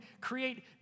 create